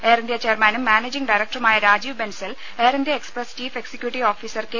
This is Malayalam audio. എയർ ഇന്ത്യ ചെയർമാനും മാനേജിംഗ് ഡയറക്ടറുമായ Rajeev Bansal Air India Express chief executive officer K